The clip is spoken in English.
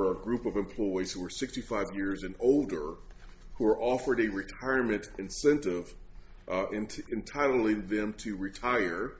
were a group of employees who are sixty five years and older who are offered a retirement incentive into entirely with them to retire